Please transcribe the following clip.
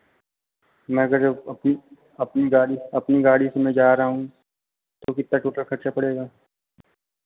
मैं अगर अपनी अपनी गाड़ी अपनी गाड़ी से मैं जा रहा हूँ तो कितना टोटल खर्चा पड़ेगा